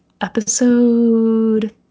episode